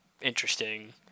interesting